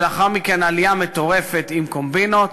ולאחר מכן עלייה מטורפת עם קומבינות,